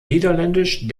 niederländisch